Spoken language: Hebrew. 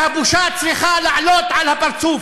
והבושה צריכה לעלות על הפרצוף,